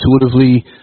intuitively